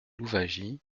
louwagie